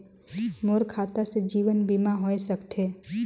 मोर खाता से जीवन बीमा होए सकथे?